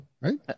Right